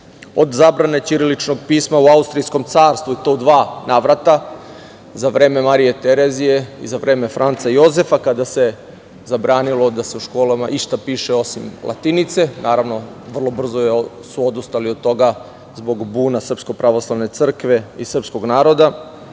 od zabrane ćiriličnog pisma u austrijskom carstvu i to u dva navrata, za vreme Marije Terezije i za vreme Franca Jozefa, kada se zabranilo da se u školama išta piše osim latinice. Naravno, vrlo brzo su odustali od toga zbog buna SPC i srpskog naroda,